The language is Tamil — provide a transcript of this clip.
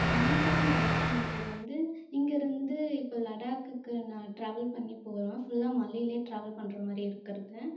மௌண்டைன் பைக்கிங்ன்றது வந்து இங்கேருந்து இப்போ லடாக்குக்கு நான் ட்ராவல் பண்ணி போகிறோம்னா ஃபுல்லா மலையிலே ட்ராவல் பண்ணுற மாதிரி இருக்கிறது